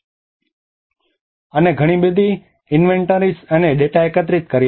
અને ઘણી બધી ઇન્વેન્ટરીઝ અને ડેટા એકત્રિત કર્યા